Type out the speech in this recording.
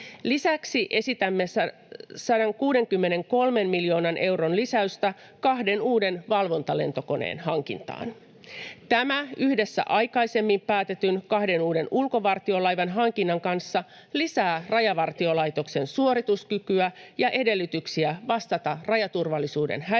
Lisäksi esitämme 163 miljoonan euron lisäystä kahden uuden valvontalentokoneen hankintaan. Tämä yhdessä aikaisemmin päätetyn kahden uuden ulkovartiolaivan hankinnan kanssa lisää Rajavartiolaitoksen suorituskykyä ja edellytyksiä vastata rajaturvallisuuden